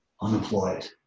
unemployed